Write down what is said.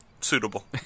suitable